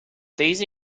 these